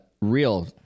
real